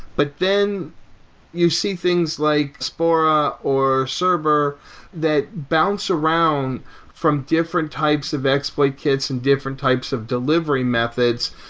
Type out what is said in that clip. but then you see things like spora or so cerber that bounce around from different types of exploit kits and different types of delivery methods,